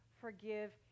forgive